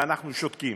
ואנחנו שותקים.